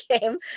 game